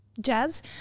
jazz